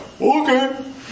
okay